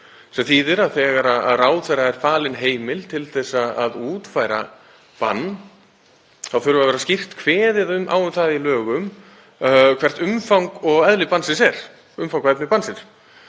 sem þýðir að þegar ráðherra er falin heimild til að útfæra bann þá þarf að vera skýrt kveðið á um það í lögum hvert umfang og efni bannsins er.